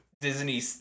Disney